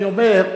אני אומר,